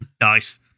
nice